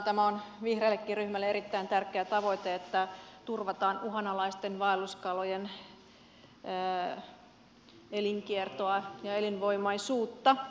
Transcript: tämä on vihreällekin ryhmälle erittäin tärkeä tavoite että turvataan uhanalaisten vaelluskalojen elinkiertoa ja elinvoimaisuutta